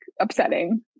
upsetting